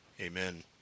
Amen